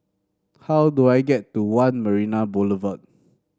how do I get to One Marina Boulevard